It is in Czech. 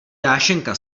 dášeňka